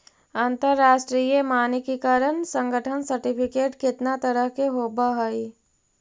अंतरराष्ट्रीय मानकीकरण संगठन सर्टिफिकेट केतना तरह के होब हई?